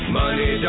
money